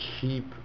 keep